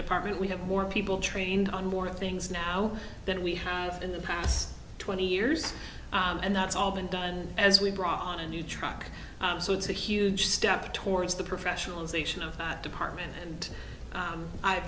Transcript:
department we have more people trained on more things now that we have in the past twenty years and that's all been done as we brought on a new truck so it's a huge step towards the professionalization of that department and i've